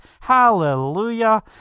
hallelujah